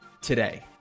today